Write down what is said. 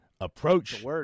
approach